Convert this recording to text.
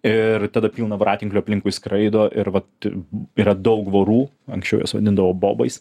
ir tada pilna voratinklių aplinkui skraido ir vat yra daug vorų anksčiau juos vadindavo bobais